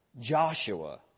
Joshua